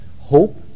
hope